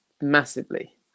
massively